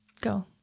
Go